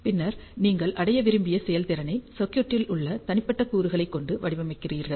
பின்னர் நீங்கள் அடைய விரும்பிய செயல்திறனை சர்க்யூட்களில் உள்ள தனிப்பட்ட கூறுகளைக் கொண்டு வடிவமைக்கிறீர்கள்